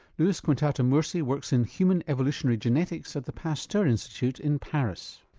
lluis quintana-murci works in human evolutionary genetics at the pasteur institute in paris.